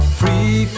free